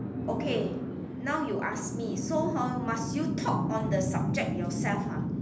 okay now you ask me so hor must you talk on the subject yourself ah